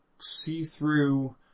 see-through